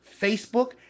Facebook